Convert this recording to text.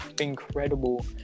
incredible